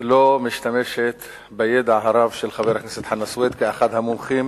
לא משתמשת בידע הרב של חבר הכנסת חנא סוייד כאחד המומחים